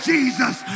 Jesus